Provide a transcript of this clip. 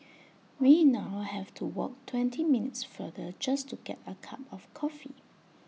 we now have to walk twenty minutes farther just to get A cup of coffee